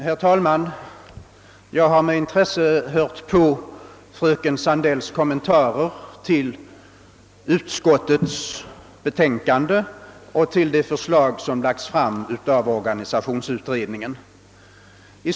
Herr talman! Jag lyssnade med intresse till fröken Sandells kommentarer till föreliggande utskottsbetänkande och det förslag som framlagts av organisationsutredningen.